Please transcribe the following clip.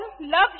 love